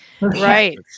Right